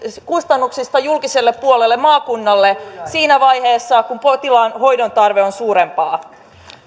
kustannuksista julkiselle puolelle maakunnalle siinä vaiheessa kun potilaan hoidon tarve on suurempaa